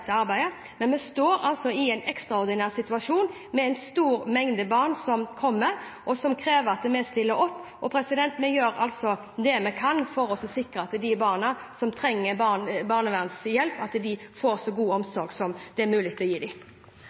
arbeidet. Men vi står altså i en ekstraordinær situasjon med en stor mengde barn som kommer, og som krever at vi stiller opp. Vi gjør det vi kan for å sikre at de barna som trenger barnevernshjelp, får så god omsorg som det er mulig å gi dem. Vi som sitter i denne sal, forholder oss til de